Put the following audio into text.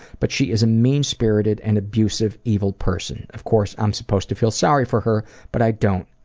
but, she is a mean-spirited and abusive, evil person. of course i'm supposed to feel sorry for her. but i don't.